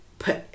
put